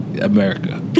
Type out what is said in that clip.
America